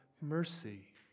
mercy